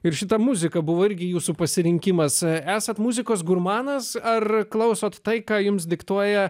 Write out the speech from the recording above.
ir šita muzika buvo irgi jūsų pasirinkimas esat muzikos gurmanas ar klausote tai ką jums diktuoja